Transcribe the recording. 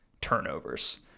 turnovers